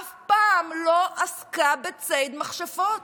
אף פעם לא עסקה בציד מכשפות.